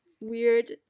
weird